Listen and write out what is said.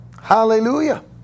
Hallelujah